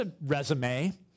resume